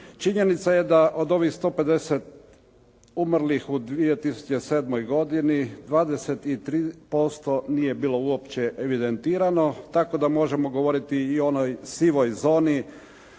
Činjenica je da od ovih 150 umrlih u 2007. godini 23% nije bilo uopće evidentirano, tako da možemo govoriti i o onoj sivoj zoni,